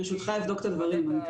ברשותך, אבדוק את הדברים.